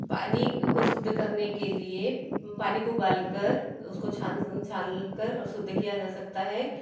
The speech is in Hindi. पानी को सुद्ध करने के लिए पानी को उबाल कर उसको छान छानकर शुद्ध किया जा सकता है